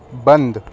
بند